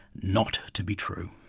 not to be true.